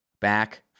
back